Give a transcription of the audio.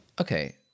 Okay